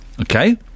Okay